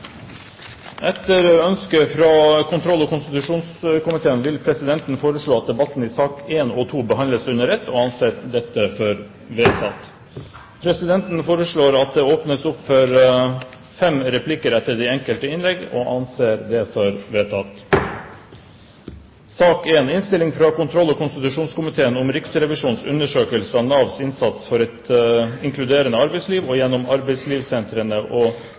Etter ønske fra kontroll- og konstitusjonskomiteen vil presidenten foreslå at sakene nr. 1 og 2 behandles under ett. – Det anses vedtatt. Videre vil presidenten foreslå at det åpnes opp for fem replikker med svar etter de enkelte innlegg. – Det anses vedtatt.